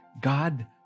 God